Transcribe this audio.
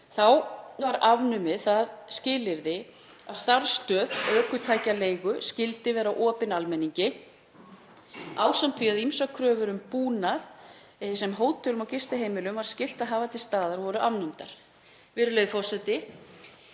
Þá var afnumið það skilyrði að starfsstöð ökutækjaleigu skyldi vera opin almenningi, ásamt því að ýmsar kröfur um búnað sem hótelum og gistiheimilum var skylt að hafa til staðar voru afnumdar.